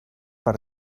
per